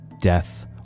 death